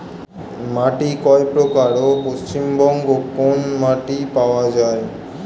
মাটি কয় প্রকার ও পশ্চিমবঙ্গ কোন মাটি পাওয়া য়ায়?